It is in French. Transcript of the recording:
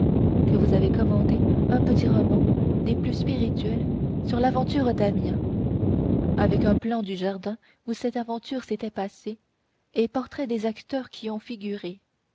que vous avez commandé un petit roman des plus spirituels sur l'aventure d'amiens avec plan du jardin où cette aventure s'est passée et portraits des acteurs qui y ont figuré